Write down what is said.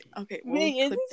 okay